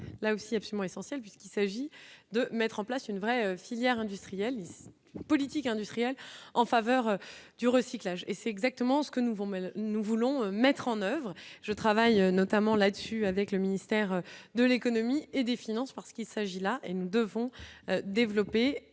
là aussi absolument essentielle puisqu'il s'agit de mettre en place une vraie filière industrielle 10. Politique industrielle en faveur du recyclage et c'est exactement ce que nous avons Mail, nous voulons mettre en oeuvre, je travaille notamment là-dessus avec le ministère de l'Économie et des Finances, parce qu'il s'agit là et nous devons développer